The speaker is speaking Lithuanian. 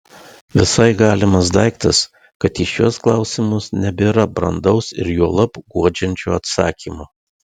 visai galimas daiktas kad į šiuos klausimus nebėra brandaus ir juolab guodžiančio atsakymo